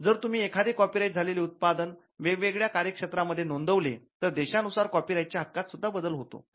जर तुम्ही एखादे कॉपीराइट झालेले उत्पादन वेगवेगळ्या कार्यक्षेत्रामध्ये नोंदवले तर देशानुसार कॉपीराईटच्या हक्कात सुद्धा बदल होतो